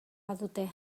badute